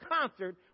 concert